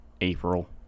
April